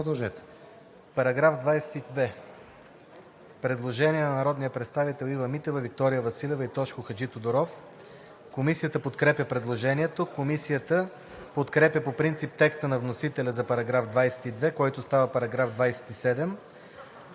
По § 22 има предложение на народните представители Ива Митева, Виктория Василева и Тошко Хаджитодоров. Комисията подкрепя предложението. Комисията подкрепя по принцип текста на вносителя за § 22, който става § 27: „§ 27.